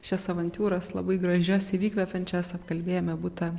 šias avantiūras labai gražias ir įkvepiančias apkalbėjome butą